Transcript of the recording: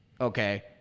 okay